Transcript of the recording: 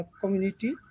community